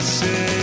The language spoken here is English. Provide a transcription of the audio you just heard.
say